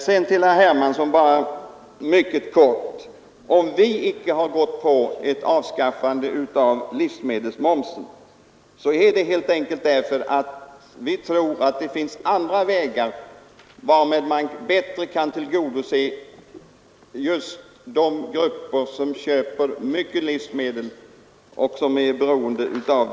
Sedan mycket kort till herr Hermansson: Om vi inte har gått med på förslaget att avskaffa livsmedelsmomsen är det helt enkelt därför att vi tror att det finns andra vägar på vilka man bättre kan tillgodose just de grupper som är i störst behov av ett konsumtionsstöd.